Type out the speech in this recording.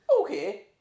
okay